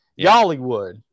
Yollywood